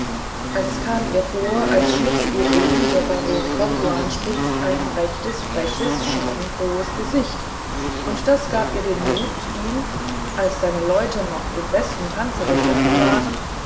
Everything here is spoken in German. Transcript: es kam ihr vor als schnitte ihr eben der baron corduanspitz ein rechtes freches schadenfrohes gesicht und das gab ihr den mut ihm als seine leute noch im besten tanzen begriffen waren